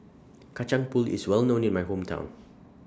Kacang Pool IS Well known in My Hometown